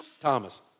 Thomas